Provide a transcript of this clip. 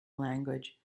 language